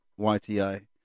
YTI